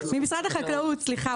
ממשרד החקלאות, סליחה.